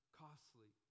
costly